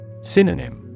Synonym